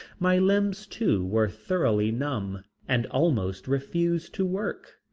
my limbs too were thoroughly numb and almost refused to work,